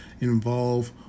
involve